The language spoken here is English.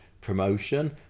promotion